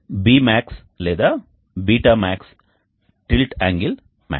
Bmax లేదా ßmax tilt angle max